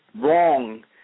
wrong